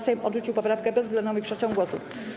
Sejm odrzucił poprawkę bezwzględną większością głosów.